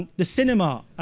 the cinema,